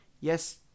Yes